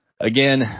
Again